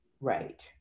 Right